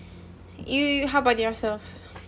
you how about yourself